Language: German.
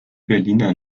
berliner